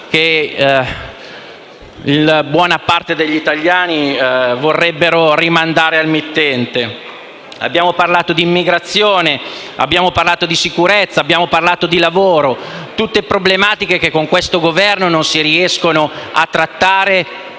che buona parte degli italiani vorrebbero rimandare al mittente. Abbiamo parlato di immigrazione, sicurezza e lavoro, tutte problematiche che con questo Governo non si riescono a trattare